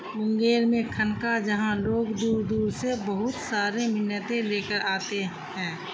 منگیر میں خانقا جہاں لوگ دور دور سے بہت سارے منتیں لے کر آتے ہیں